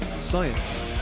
science